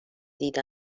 دیده